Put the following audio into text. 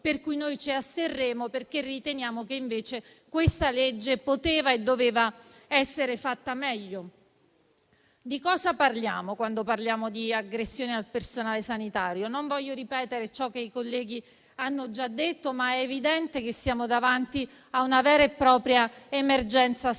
per cui noi ci asterremo, perché riteniamo che invece questa normativa poteva e doveva essere fatta meglio. Di cosa parliamo quando parliamo di aggressione al personale sanitario? Non desidero ripetere ciò che i colleghi hanno già detto, ma è evidente che siamo davanti a una vera e propria emergenza sociale,